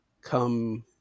come